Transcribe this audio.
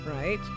right